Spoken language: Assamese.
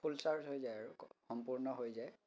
ফুল চাৰ্জ হৈ যায় আৰু সম্পূৰ্ণ হৈ যায়